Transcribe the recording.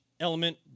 Element